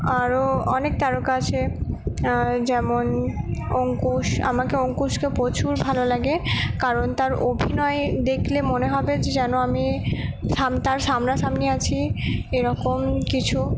আরও অনেক তারকা আছে যেমন অঙ্কুশ আমাকে অঙ্কুশকে প্রচুর ভালো লাগে কারণ তার অভিনয় দেখলে মনে হবে যে যেন আমি তার সামনা সামনি আছি এরকম কিছু